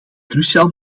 cruciaal